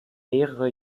mehrere